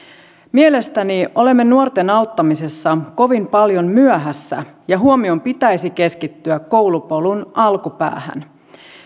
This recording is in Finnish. mielestäni olemme nuorten auttamisessa kovin paljon myöhässä ja huomion pitäisi keskittyä koulupolun alkupäähän